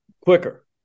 quicker